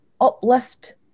uplift